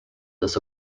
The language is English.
this